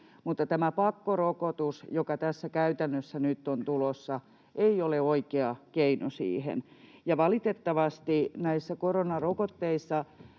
mutta tämä pakkorokotus, joka tässä käytännössä nyt on tulossa, ei ole oikea keino siihen. Valitettavasti näissä koronarokotteissa